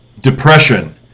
depression